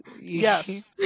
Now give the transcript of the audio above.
Yes